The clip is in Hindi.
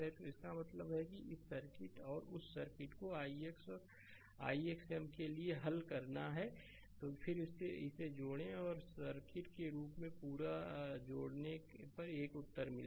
तो इसका मतलब है इस सर्किटऔर उस सर्किट को ix और ix m 'के लिए हल करना है फिर इसे जोड़ें और सर्किट के रूप में पूरे को जोड़ने पर एक ही उत्तर मिलेगा